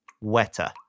wetter